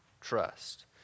trust